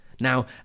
now